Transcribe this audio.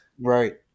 Right